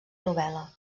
novel·la